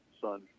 son